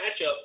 matchup